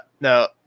No